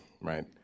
right